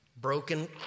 broken